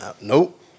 Nope